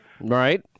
Right